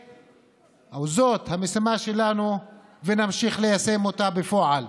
זאת המשימה שלנו ונמשיך ליישם אותה בפועל.